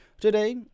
Today